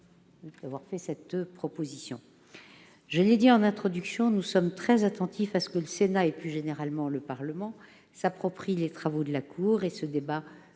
l'origine de ce débat. Je l'ai dit en introduction, nous sommes très attentifs à ce que le Sénat, plus généralement le Parlement, s'approprie les travaux de la Cour. Ce débat